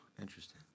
Interesting